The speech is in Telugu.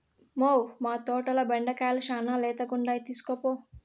మ్మౌ, మా తోటల బెండకాయలు శానా లేతగుండాయి తీస్కోపో